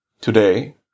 Today